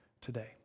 today